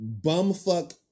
bumfuck